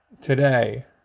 today